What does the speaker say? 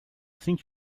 think